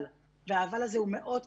אבל, והאבל הזה הוא מאוד קריטי.